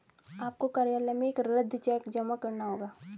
आपको कार्यालय में एक रद्द चेक जमा करना होगा